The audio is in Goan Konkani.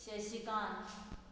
शशिकांत